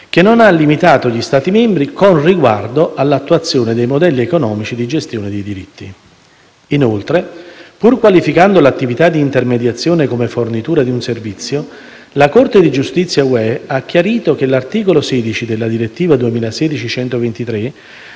che non ha limitato gli Stati membri con riguardo all'attuazione dei modelli economici di gestione dei diritti. Inoltre, pur qualificando l'attività di intermediazione come fornitura di un servizio, la Corte di giustizia dell'Unione europea ha chiarito che l'articolo 16 della direttiva 2006/123/UE